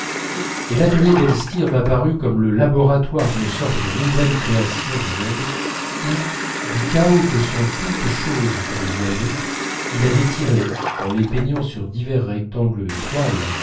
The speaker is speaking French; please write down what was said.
et l'atelier d'elstir m'apparut comme le laboratoire d'une sorte de nouvelle création du monde où du chaos que sont toutes choses que nous voyons il avait tiré en les peignant sur divers rectangles de toile